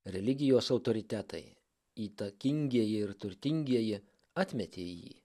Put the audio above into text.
religijos autoritetai įtakingieji ir turtingieji atmetė jį